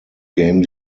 game